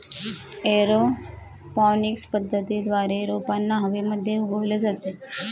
aeroponics पद्धतीद्वारे रोपांना हवेमध्ये उगवले जाते